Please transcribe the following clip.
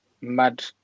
mad